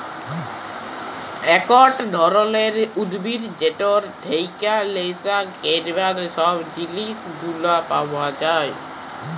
একট ধরলের উদ্ভিদ যেটর থেক্যে লেসা ক্যরবার সব জিলিস গুলা পাওয়া যায়